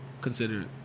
Considered